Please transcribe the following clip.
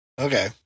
Okay